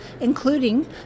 including